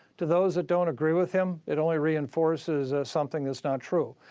to those that don't agree with him, it only reinforces something that's not true.